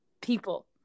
people